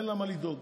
אין לה מה לדאוג.